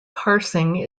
parsing